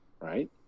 right